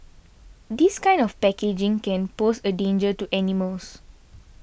this kind of packaging can pose a danger to animals